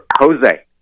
Jose